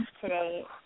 today